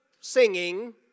singing